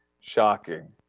shocking